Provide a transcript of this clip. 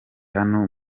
hano